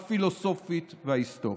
הפילוסופית וההיסטורית.